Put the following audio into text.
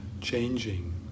changing